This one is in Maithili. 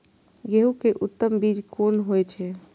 गेंहू के उत्तम बीज कोन होय छे?